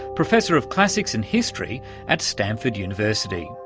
professor of classics and history at stanford university.